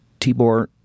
Tibor